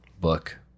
Book